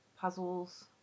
Puzzles